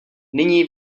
nyní